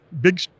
Big